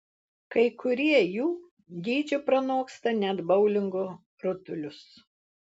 kai kurie jų dydžiu pranoksta net boulingo rutulius